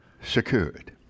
secured